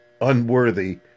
unworthy